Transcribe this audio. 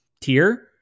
tier